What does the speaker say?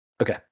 Okay